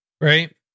right